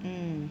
mm